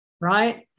right